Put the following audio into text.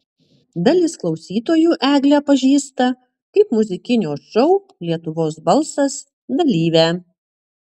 dalis klausytojų eglę pažįsta kaip muzikinio šou lietuvos balsas dalyvę